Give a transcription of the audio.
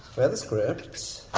where are the scripts?